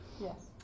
Yes